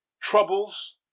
troubles